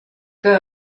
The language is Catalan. que